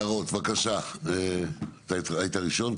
אתה היית ראשון?